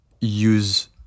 use